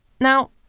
Now